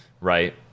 Right